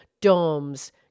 domes